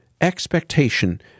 expectation